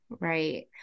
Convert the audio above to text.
right